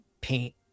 paint